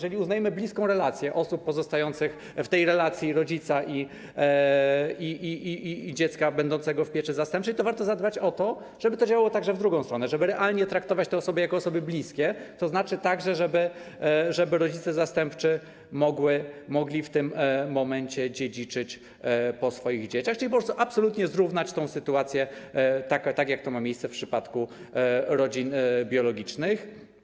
Jeżeli uznajemy bliską relację osób pozostających w tej relacji rodzica i dziecka będącego w pieczy zastępczej, to warto zadbać o to, żeby to działało także w drugą stronę, żeby realnie traktować te osoby jako osoby bliskie, żeby rodzice zastępczy mogli w tym momencie dziedziczyć po swoich dzieciach, czyli aby absolutnie zrównać tę sytuację z sytuacją, która ma miejsce w przypadku rodzin biologicznych.